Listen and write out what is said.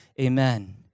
amen